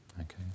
okay